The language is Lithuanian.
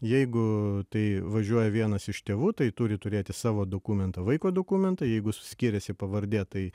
jeigu tai važiuoja vienas iš tėvų tai turi turėti savo dokumentą vaiko dokumentą jeigu skiriasi pavardė tai